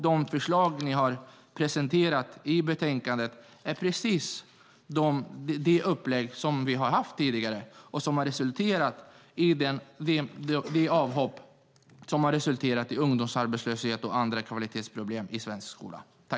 De förslag ni presenterat och som finns i betänkandet är just det tidigare upplägg som resulterat i avhopp som i sin tur resulterat i ungdomsarbetslöshet och olika kvalitetsproblem i svensk skola.